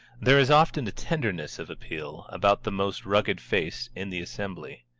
there is often a tenderness of appeal about the most rugged face in the assembly.